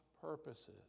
purposes